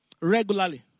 regularly